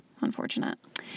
unfortunate